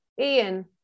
Ian